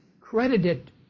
credited